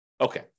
Okay